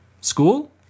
School